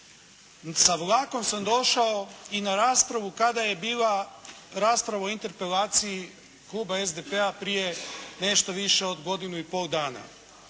Sa vlakom sam došao i na raspravu kada je bila rasprava o interpelaciji kluba SDP-a prije nešto više od godinu i pol dana.